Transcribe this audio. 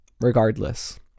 regardless